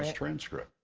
um transcript.